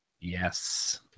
yes